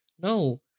No